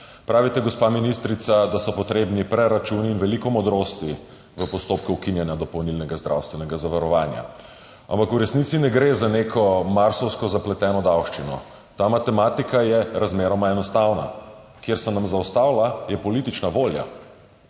Pravite, gospa ministrica, da so potrebni preračuni in veliko modrosti v postopku ukinjanja dopolnilnega zdravstvenega zavarovanja. Ampak v resnici ne gre za neko marsovsko zapleteno davščino. Ta matematika je razmeroma enostavna. Kjer se nam zaustavlja, je politična volja.